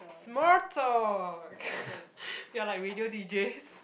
small talk we are like radio D_Js